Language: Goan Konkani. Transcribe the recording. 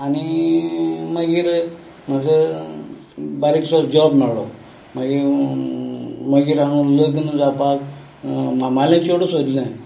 आनी मागीर म्हजो बारीकसो जॉब मेळ्ळो मागीर मागीर हांव लग्न जावपाक मामालें चेडूं सोदलें